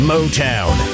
Motown